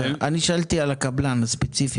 אני שאלתי על הקבלן הספציפי,